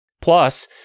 Plus